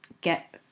get